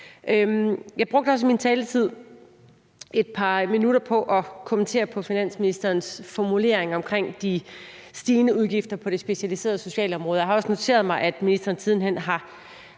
Jeg brugte også i min taletid et par minutter på at kommentere på finansministerens formulering om de stigende udgifter på det specialiserede socialområde. Jeg har også noteret mig, at ministeren siden hen har